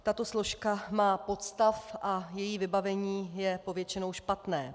Tato složka má podstav a její vybavení je povětšinou špatné.